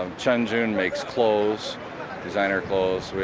ah chen jun and makes clothes designer clothes.